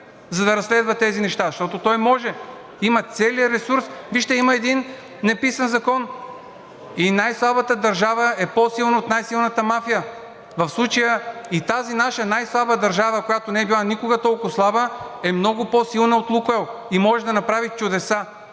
за да разследва тези неща, защото той може, има целия ресурс. Вижте, има един неписан закон: „И най-слабата държава е по-силна от най-силната мафия“. В случая и тази наша най-слаба държава, която не е била никога толкова слаба, е много по-силна от „Лукойл“ и може да направи чудеса,